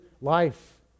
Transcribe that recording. life